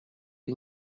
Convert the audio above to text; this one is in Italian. che